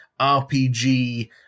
RPG